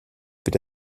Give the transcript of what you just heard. will